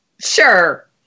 sure